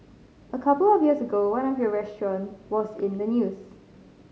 a couple of years ago one of your restaurants was in the news